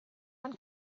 man